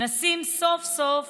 נשים סוף-סוף